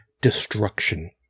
destruction